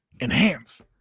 Enhance